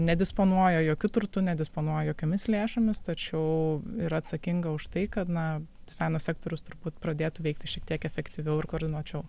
nedisponuoja jokiu turtu nedisponuoja jokiomis lėšomis tačiau yra atsakinga už tai kad na dizaino sektorius turbūt pradėtų veikti šiek tiek efektyviau ir koordinuočiau